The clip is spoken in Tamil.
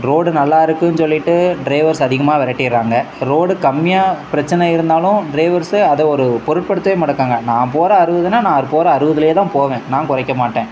ரோடு நல்லா இருக்குதுனு சொல்லிட்டு ட்ரைவர்ஸ் அதிகமா வெரட்டிராங்க ரோடு கம்மியா பிரச்சனை இருந்தாலும் ட்ரைவர்ஸ் அதை ஒரு பொருட்படுத்தவே மாட்டேக்கறாங்க நான் போகிற அறுபதுனா நான் போகிற அறுபதுலேயே தான் போவேன் நான் குறைக்க மாட்டேன்